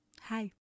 Hi